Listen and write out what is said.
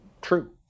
true